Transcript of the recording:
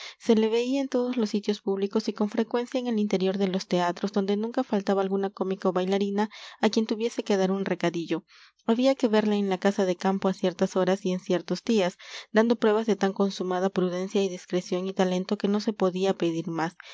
se le veía en todos los sitios públicos y con frecuencia en el interior de los teatros donde nunca faltaba alguna cómica o bailarina a quien tuviese que dar un recadillo había que verle en la casa de campo a ciertas horas y en ciertos días dando pruebas de tan consumada prudencia y discreción y talento que no se podía pedir más